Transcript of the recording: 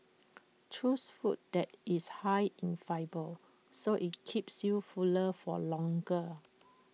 choose food that is high in fibre so IT keeps you fuller for longer